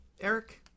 Eric